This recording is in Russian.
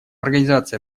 организации